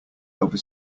over